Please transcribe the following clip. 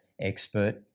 expert